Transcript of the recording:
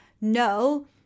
No